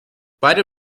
beide